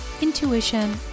intuition